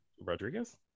Rodriguez